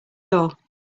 door